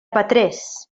petrés